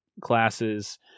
classes